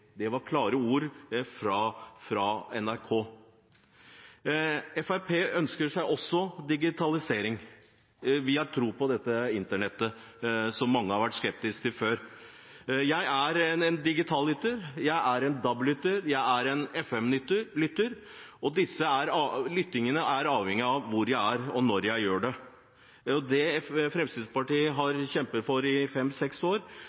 Det var klare ord fra NRK. Fremskrittspartiet ønsker seg også digitalisering. Vi har tro på dette internettet som mange har vært skeptiske til før. Jeg er en digital lytter, jeg er en DAB-lytter, jeg er en FM-lytter, og disse lyttingene er avhengig av hvor jeg er, og når jeg gjør det. Det Fremskrittspartiet har kjempet for i fem-seks år,